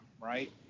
right